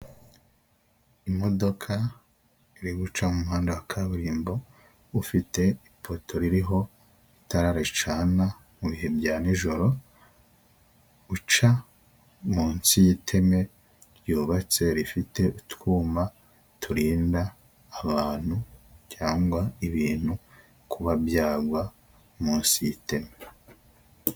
Imodoka iri guca mu muhanda wa kaburimbo ufite ipoto ririho itara ricana mu bihe bya nijoro, uca munsi y'iteme ryubatse rifite utwuma turinda abantu cyangwa ibintu kuba byagwa munsi y'iteme.